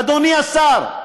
אדוני השר,